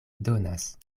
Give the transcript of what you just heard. donas